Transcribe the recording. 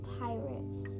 pirates